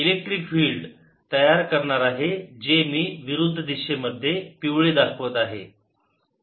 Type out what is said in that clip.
electric field तयार करणार आहे जे मी येथे विरुद्ध दिशेमध्ये पिवळे दाखवत आहे